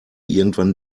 irgendwann